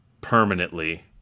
permanently